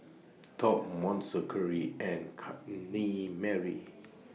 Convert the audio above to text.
Top Monster Curry and Chutney Mary